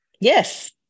Yes